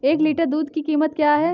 एक लीटर दूध की कीमत क्या है?